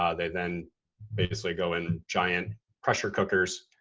um they then basically go in giant pressure cookers.